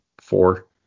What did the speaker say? four